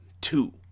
two